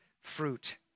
fruit